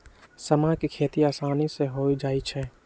समा के खेती असानी से हो जाइ छइ